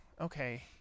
okay